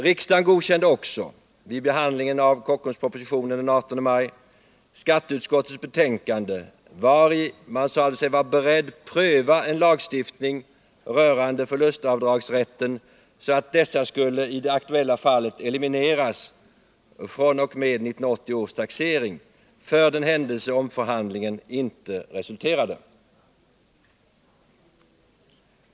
Riksdagen godkände vid behandlingen av Kockumspropositionen den 18 maj också skatteutskottets betänkande, vari man sade sig vara beredd pröva en lagstiftning rörande förlustavdragsrätter så att dessa i det aktuella fallet skulle elimineras fr.o.m. 1980 års taxering, för den händelse omförhandlingen inte resulterade.